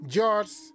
George